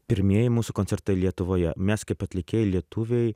pirmieji mūsų koncertai lietuvoje mes kaip atlikėjai lietuviai